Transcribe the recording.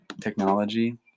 Technology